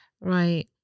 Right